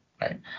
right